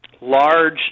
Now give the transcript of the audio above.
large